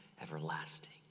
everlasting